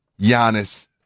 Giannis